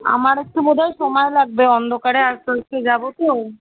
আমার একটু বোধহয় সময় লাগবে অন্ধকারে আস্তে আস্তে যাবো তো